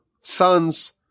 sons